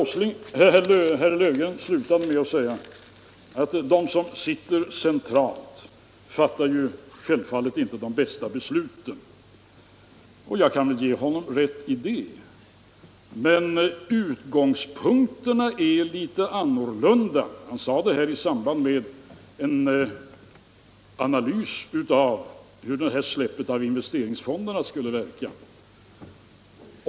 Herr Löfgren slutade med att säga att de som sitter centralt inte fattar de bästa besluten. Jag kan ge honom rätt i det. Men herr Löfgren sade detta i samband med sin analys av hur frisläppandet av investeringsfonderna skulle verka.